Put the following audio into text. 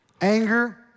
anger